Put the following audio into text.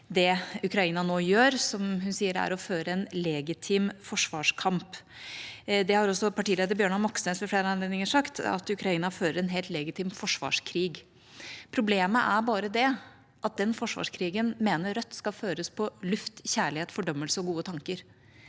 at Ukraina nå fører en legitim forsvarskamp. Det har også partileder Bjørnar Moxnes ved flere anledninger sagt, at Ukraina fører en helt legitim forsvarskrig. Problemet er bare at den forsvarskrigen mener Rødt skal føres på luft, kjærlighet, fordømmelse og gode tanker.